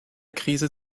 krise